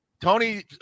Tony